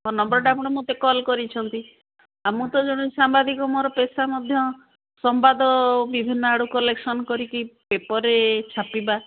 ମୋ ନମ୍ବର୍ଟା ଆପଣ ମୋତେ କଲ୍ କରିଛନ୍ତି ଆଉ ମୁଁ ତ ଜଣେ ସାମ୍ବାଦିକ ମୋର ପେସା ମଧ୍ୟ ସମ୍ବାଦ ବିଭିନ୍ନ ଆଡ଼ୁ କଲେକ୍ସନ୍ କରିକି ପେପର୍ରେ ଛାପିବା